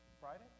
Friday